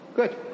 Good